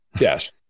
Yes